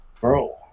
Bro